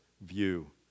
view